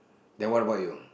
then what about you